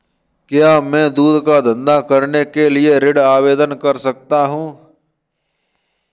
क्या मैं दूध का धंधा करने के लिए ऋण आवेदन कर सकता हूँ?